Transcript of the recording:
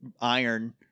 iron